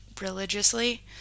religiously